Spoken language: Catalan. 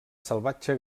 salvatge